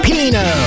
Pino